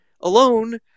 alone